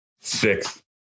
Six